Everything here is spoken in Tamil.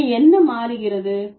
எனவே என்ன மாறுகிறது